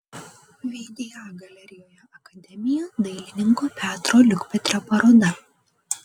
vda galerijoje akademija dailininko petro liukpetrio paroda